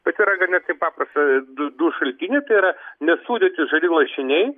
bet yra ganėtinai paprasta du du šaltiniai tai yra nesūdyti žali lašiniai